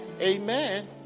Amen